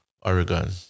Oregon